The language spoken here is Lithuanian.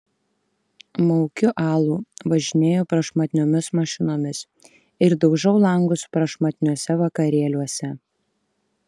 maukiu alų važinėju prašmatniomis mašinomis ir daužau langus prašmatniuose vakarėliuose